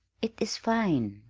it is fine!